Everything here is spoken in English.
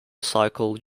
cycle